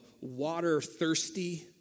water-thirsty